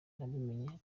nabimenye